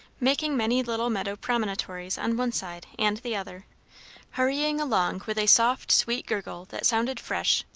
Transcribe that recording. making many little meadow promontories on one side and the other hurrying along with a soft, sweet gurgle that sounded fresh,